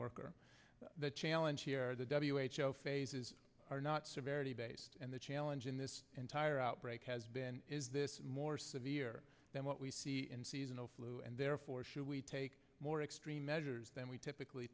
worker the challenge the w h o phases are not severity based and the challenge in this entire outbreak has been is this more severe than what we see in seasonal flu and therefore should we take more extreme measures than we typically